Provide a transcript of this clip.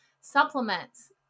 supplements